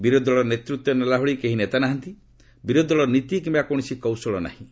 ବିରୋଧି ଦଳର ନେତୃତ୍ୱ ନେଲା ଭଳି କେହି ନେତା ନାହାନ୍ତି ବିରୋଧି ଦଳର ନୀତି କିମ୍ବା କୌଣସି କୌଶଳ ନାହିଁ